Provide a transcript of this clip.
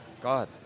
God